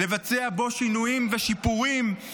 לבצע בו שינויים ושיפורים.